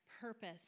purpose